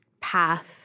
path